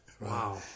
Wow